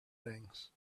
things